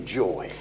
joy